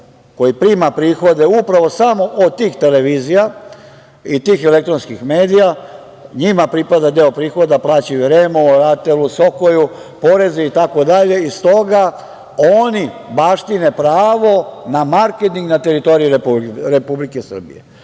koji prima prihode upravo samo od tih televizija i tih elektronskih medija, njima pripada deo prihoda, plaćaju REM-u, RATEL-u, SOKOJ-u, poreze itd. Iz toga oni baštine pravo na marketing na teritoriji Republike Srbije. Šta